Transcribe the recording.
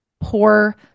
poor